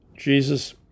Jesus